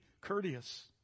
courteous